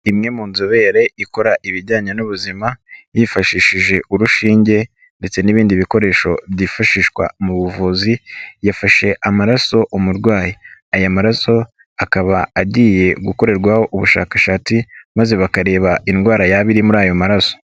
Imwe mu nzobere ikora ibijyanye n'ubuzima, yifashishije urushinge ndetse n'ibindi bikoresho byifashishwa mu buvuzi, yafashe amaraso umurwayi. Aya maraso akaba agiye gukorerwaho ubushakashatsi maze bakareba indwara yaba iri muri ayo maraso.